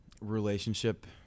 relationship